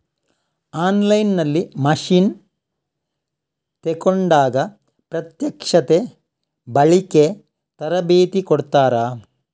On line ನಲ್ಲಿ machine ತೆಕೋಂಡಾಗ ಪ್ರತ್ಯಕ್ಷತೆ, ಬಳಿಕೆ, ತರಬೇತಿ ಕೊಡ್ತಾರ?